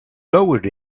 lowered